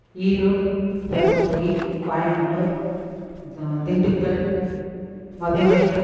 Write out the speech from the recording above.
ஈரோடு தருமபுரி கோயம்மத்டூர் த திண்டுக்கல் மதுரை